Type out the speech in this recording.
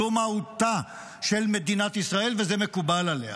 זו מהותה של מדינת ישראל וזה מקובל עליה